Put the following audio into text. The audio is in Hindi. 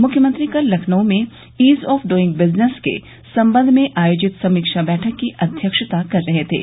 मुख्यमंत्री कल लखनऊ में ईज ऑफ ड्इंग बिजनेश के संबंध में आयोजित समीक्षा बैठक की अध्यक्षता कर रहे थे